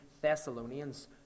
Thessalonians